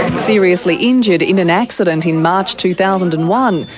seriously injured in an accident in march, two thousand and one,